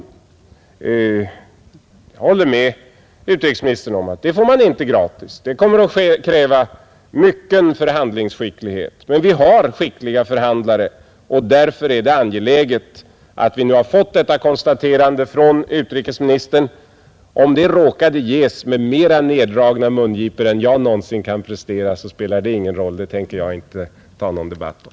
Jag håller med utrikesministern om att det får man inte gratis. Det kommer att kräva mycken förhandlingsskicklighet. Men vi har skickliga förhandlare. Därför är det viktigt att vi nu fått detta konstaterande från utrikesministern, Om det råkade ges med mer nerdragna mungipor än jag någonsin kan prestera så spelar det ingen roll. Det tänker jag inte ta någon debatt om.